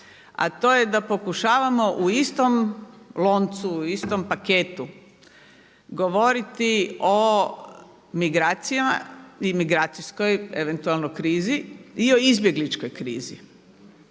a to je da pokušavamo u istom loncu, u istom paketu govoriti o migracijama i migracijskoj eventualno krizi i o izbjegličkoj krizi.